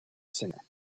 singer